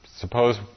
Suppose